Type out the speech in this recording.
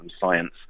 science